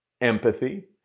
empathy